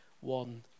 one